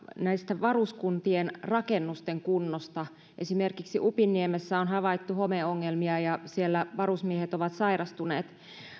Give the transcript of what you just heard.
varuskuntien rakennusten kunnosta esimerkiksi upinniemessä on havaittu homeongelmia ja siellä varusmiehet ovat sairastuneet